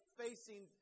facing